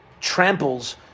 tramples